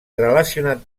relacionat